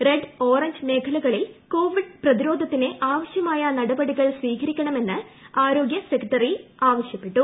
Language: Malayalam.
റെഡ് ഓറഞ്ച് മേഖലകളിൽ കോവിഡ് പ്രതിരോധത്തിന് ആവശ്യമായ നടപടികൾ സ്വീകരിക്കണമെന്ന് ആരോഗൃ സെക്രട്ടറി ആവശ്യപ്പെട്ടു